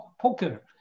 Poker